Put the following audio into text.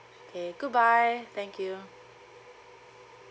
okay goodbye thank you